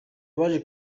baje